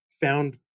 found